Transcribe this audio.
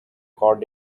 cord